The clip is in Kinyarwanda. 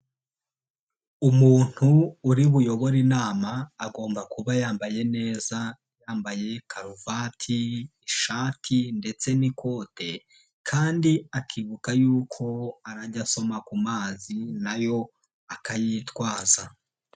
Umuntu uri buyobore inama agomba kuba yambaye neza yambaye karuvati ishati ndetse n'ikote, kandi akibuka yuko arajya asoma ku mazi nayo akayitwaza.